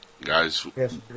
Guys